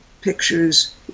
pictures